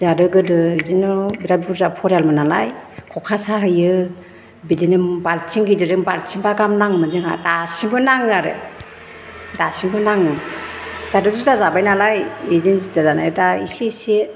जोंहाथ' गोदो बिदिनो बिराथ बुरजा फरियालमोन नालाय ख'खा साहैयो बिदिनो बाल्टिं गिदिरजों बालथिंबा गाहाम नाङोमोन जोंहा दासिमबो नाङो आरो दासिमबो नाङो जोंहाथ' जुदा जाबाय नालाय बिदिनो जुदा जानायखाय एसे एसे